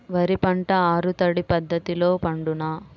వరి పంట ఆరు తడి పద్ధతిలో పండునా?